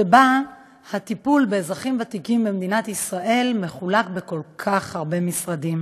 שבה הטיפול באזרחים ותיקים במדינת ישראל מחולק בין כל כך הרבה משרדים,